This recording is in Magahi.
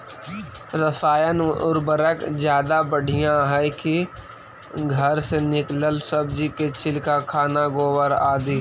रासायन उर्वरक ज्यादा बढ़िया हैं कि घर से निकलल सब्जी के छिलका, खाना, गोबर, आदि?